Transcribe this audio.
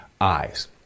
eyes